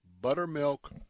Buttermilk